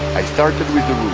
i started with